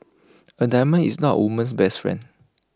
A diamond is not A woman's best friend